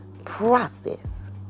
process